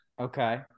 Okay